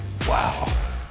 Wow